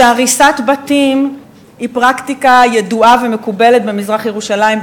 שהריסת בתים היא פרקטיקה ידועה ומקובלת במזרח-ירושלים,